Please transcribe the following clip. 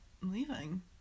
Leaving